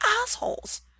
assholes